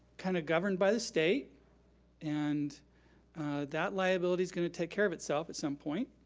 kinda governed by the state and that liability's gonna take care of itself at some point.